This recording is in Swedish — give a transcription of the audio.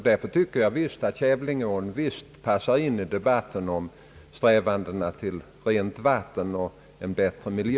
Därför tycker jag att Kävlingeån passar in i debatten om strävandena till rent vatten och en bättre miljö.